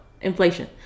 inflation